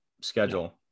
schedule